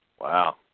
Wow